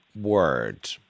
word